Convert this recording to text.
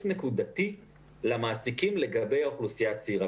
נקודתי למעסיקים לגבי האוכלוסייה הצעירה.